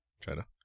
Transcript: China